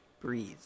breathe